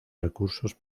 recursos